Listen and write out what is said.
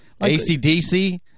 ACDC